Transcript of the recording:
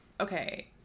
Okay